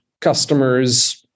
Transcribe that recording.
customers